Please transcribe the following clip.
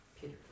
Peter